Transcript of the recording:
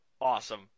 Awesome